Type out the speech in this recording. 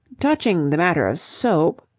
touching the matter of soap.